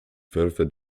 further